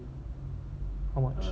how much